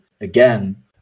again